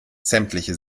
sämtliche